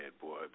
boy